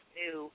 new